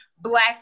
black